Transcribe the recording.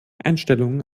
einstellungen